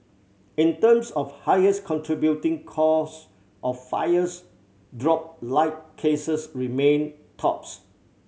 in terms of highest contributing cause of fires dropped light cases remained tops